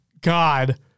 God